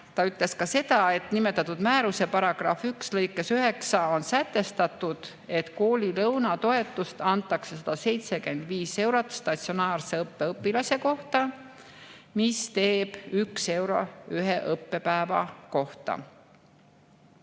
ta ütles ka seda, et nimetatud määruse § 1 lõikes 9 on sätestatud, et koolilõuna toetust antakse 175 eurot statsionaarse õppe õpilase kohta, mis teeb üks euro ühe õppepäeva kohta.